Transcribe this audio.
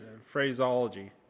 phraseology